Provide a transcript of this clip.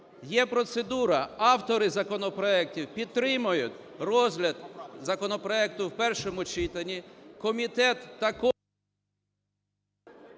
Є процедура, автори законопроектів підтримують розгляд законопроекту в першому читанні,